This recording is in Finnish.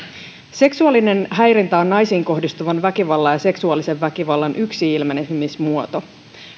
seksuaalinen häirintä on naisiin kohdistuvan väkivallan ja seksuaalisen väkivallan yksi ilmenemismuoto